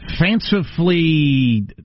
fancifully